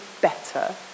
better